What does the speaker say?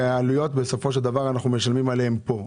העלויות אנחנו בסופו של דבר משלמים עליהן פה.